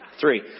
Three